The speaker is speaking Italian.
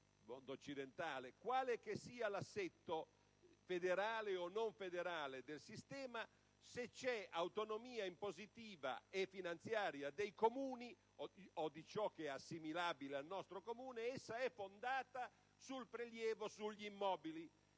il mondo occidentale, quale che sia l'assetto - federale o non federale - del sistema, se vi è autonomia impositiva e finanziaria dei Comuni, o di ciò che è assimilabile ai nostri Comuni, questa è fondata sul prelievo sugli immobili.